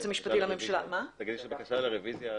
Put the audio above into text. המשפטי לממשלה --- תגידי שזו בקשה לרביזיה.